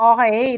Okay